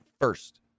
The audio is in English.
first